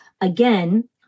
again